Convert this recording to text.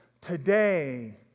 today